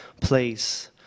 place